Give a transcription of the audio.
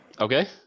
Okay